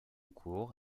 cour